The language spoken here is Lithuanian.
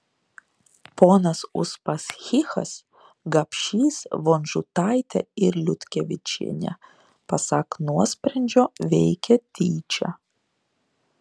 ponas uspaskichas gapšys vonžutaitė ir liutkevičienė pasak nuosprendžio veikė tyčia